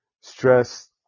stress